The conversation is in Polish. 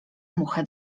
muchę